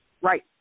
Right